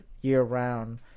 year-round